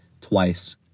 twice